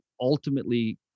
ultimately